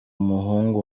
muhungu